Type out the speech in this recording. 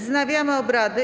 Wznawiam obrady.